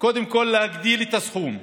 קודם כול להגדיל את הסכום,